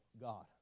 God